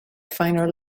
finer